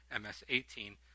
MS-18